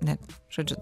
ne žodžiu